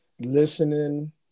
Listening